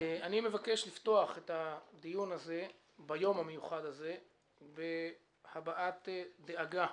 אני מבקש לפתוח את הדיון הזה ביום המיוחד הזה בהבעת דאגה,